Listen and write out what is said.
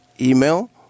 email